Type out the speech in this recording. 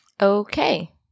Okay